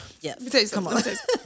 yes